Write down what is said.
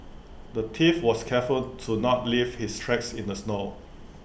the thief was careful to not leave his tracks in the snow